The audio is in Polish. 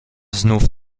znów